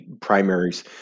primaries